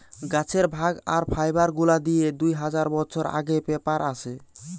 গাছের ভাগ আর ফাইবার গুলা দিয়ে দু হাজার বছর আগে পেপার আসে